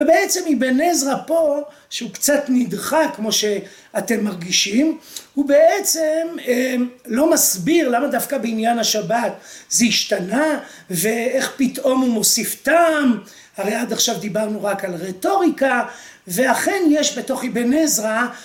ובעצם אבן עזרא פה, שהוא קצת נדחק כמו שאתם מרגישים, הוא בעצם לא מסביר למה דווקא בעניין השבת זה השתנה ואיך פתאום הוא מוסיף טעם, הרי עד עכשיו דיברנו רק על רטוריקה, ואכן יש בתוך אבן עזרא